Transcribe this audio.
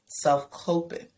self-coping